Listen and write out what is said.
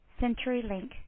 CenturyLink